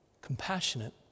Compassionate